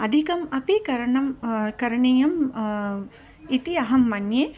अधिकम् अपि करणं करणीयं इति अहं मन्ये